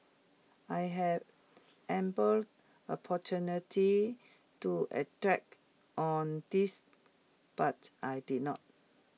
I had ample opportunity to attack on this but I did not